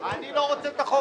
ואם היא לא מאשרת,